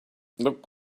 look